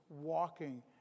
walking